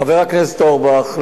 חבר הכנסת אורבך,